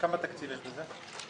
כמה תקציב יש בזה?